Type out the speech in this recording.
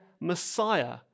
messiah